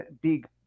big